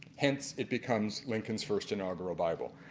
hence it becomes lincoln's first inaugural bible